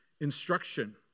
instruction